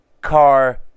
car